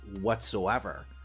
whatsoever